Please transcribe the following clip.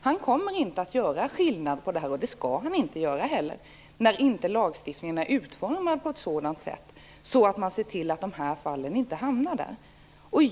Han kommer inte att göra skillnad, och det skall han inte göra heller, när lagstiftningen inte är utformad på ett sådant sätt att dessa fall uppmärksammas.